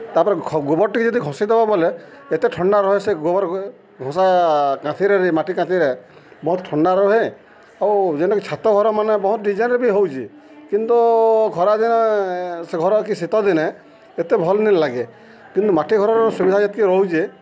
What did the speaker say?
ତା'ପରେ ଗୋବର୍ ଟିକେ ଯଦି ଘଷି ଦେବା ବଏଲେ ଏତେ ଥଣ୍ଡା ରହେ ସେ ଗୋବର୍ ଘଷା କାଥିରେ ମାଟି କାଥିରେ ବହୁତ୍ ଥଣ୍ଡା ରୁହେ ଆଉ ଯେନ୍ଟାକି ଛାତ ଘରମାନେ ବହୁତ୍ ଡିଜାଇନ୍ରେ ବି ହଉଛେ କିନ୍ତୁ ଖରା ଦିନେ ସେ ଘର କି ଶୀତ ଦିନେ ଏତେ ଭଲ୍ ନି ଲାଗେ କିନ୍ତୁ ମାଟି ଘରର୍ ସୁବିଧା ଯେତ୍କି ରହୁଚେ